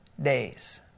days